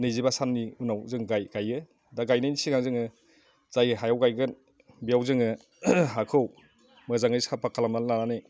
नैजिबा साननि उनाव जों गायो दा गायनायनि सिगां जोङो जाय हायाव गायगोन बेयाव जोङो हाखौ मोजाङै साफा खालामनानै लानानै